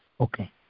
Okay